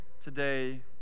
today